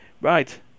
Right